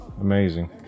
Amazing